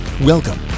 welcome